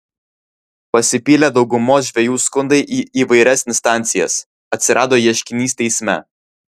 pasipylė daugumos žvejų skundai į įvairias instancijas atsirado ieškinys teisme